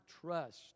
trust